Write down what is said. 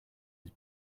his